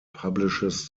publishes